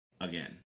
again